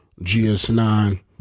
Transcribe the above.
GS9